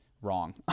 wrong